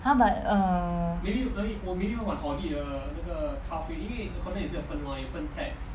!huh! but err